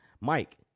Mike